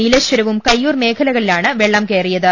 നീലേ ശ്വരവും കയ്യൂർ മേഖലകളിലാണ് വെള്ളം കയറിയത്